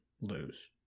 lose